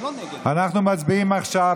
אנחנו מצביעים עכשיו